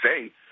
say